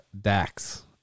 Dax